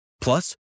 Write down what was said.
Plus